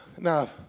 Now